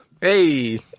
Hey